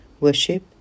worship